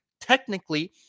technically